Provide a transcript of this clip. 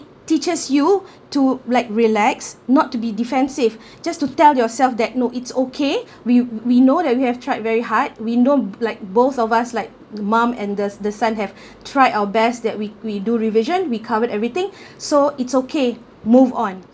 teaches you to like relax not to be defensive just to tell yourself that no it's okay we we know that we have tried very hard we know like both of us like the mum and the the son have tried our best that we we do revision we covered everything so it's okay move on